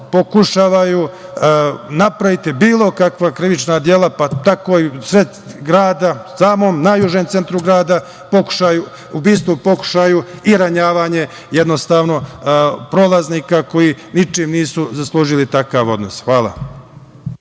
pokušavaju napraviti bilo kakva krivična dela, pa tako i u sred grada, u najužem centru grada, ubistvo u pokušaju i ranjavanje prolaznika koji ničim nisu zaslužili takav odnos. Hvala.